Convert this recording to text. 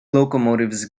locomotives